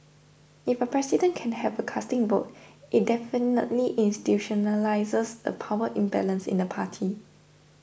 if a president can have a casting vote it definitely institutionalises a power imbalance in the party